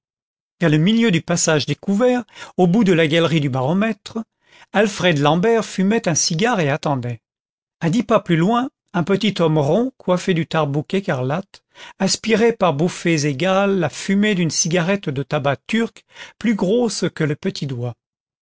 generated vers le milieu du passage découvert au bout de la galerie du baromètre alfred l'ambert fumait un cigare et attendait a dix pas plus loin un petit homme rond coiffé du tarbouch écarlate aspirait par bouffées égales la fumée d'une cigarette de tabac turc plus grosse que le petit doigt